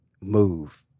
move